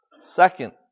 Second